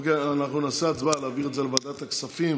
אנחנו נעשה הצבעה על להעביר את זה לוועדת הכספים.